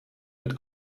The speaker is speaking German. mit